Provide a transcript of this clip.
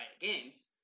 games